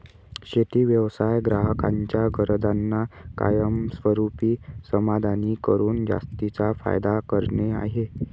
शेती व्यवसाय ग्राहकांच्या गरजांना कायमस्वरूपी समाधानी करून जास्तीचा फायदा करणे आहे